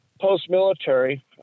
post-military